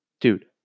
Dude